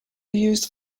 used